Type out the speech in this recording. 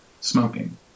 smoking